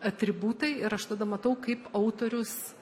atributai ir aš tada matau kaip autorius